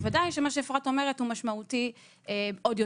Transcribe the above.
בוודאי שמה שאפרת אומרת הוא משמעותי עוד יותר.